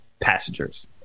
passengers